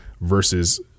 versus